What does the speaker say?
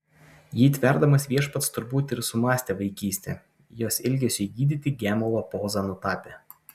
jį tverdamas viešpats turbūt ir sumąstė vaikystę jos ilgesiui gydyti gemalo pozą nutapė